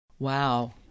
Wow